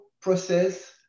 process